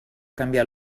canviar